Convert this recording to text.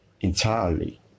entirely